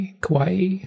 Kauai